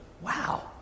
wow